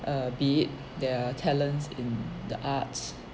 err be it their talents in the arts